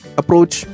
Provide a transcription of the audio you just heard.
approach